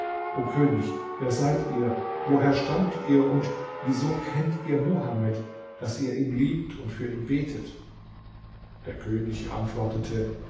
o könig wer seid ihr woher stammt ihr und wieso kennt ihr mohammed daß ihr ihn liebt und für ihn betet der könig antwortete